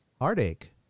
Heartache